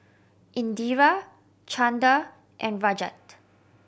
Indira Chanda and Rajat